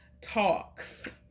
talks